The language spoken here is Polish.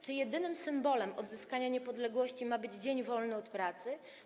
Czy jedynym symbolem odzyskania niepodległości ma być dzień wolny od pracy?